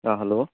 आं हॅलो